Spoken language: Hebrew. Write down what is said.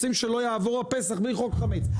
רוצים שלא יעבור הפסח בלי חוק החמץ.